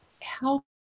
help